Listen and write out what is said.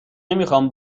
نمیخام